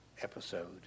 episode